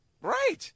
Right